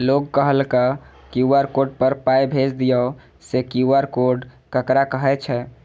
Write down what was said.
लोग कहलक QR code पर पाय भेज दियौ से क्यू.आर कोड ककरा कहै छै?